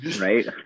Right